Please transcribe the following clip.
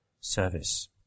service